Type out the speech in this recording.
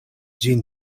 ĝin